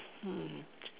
um